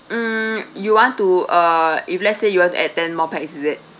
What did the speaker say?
mm you want to uh if let's say you want add ten more pax is it